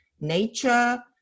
nature